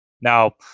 Now